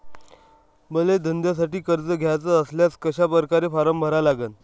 मले धंद्यासाठी कर्ज घ्याचे असल्यास कशा परकारे फारम भरा लागन?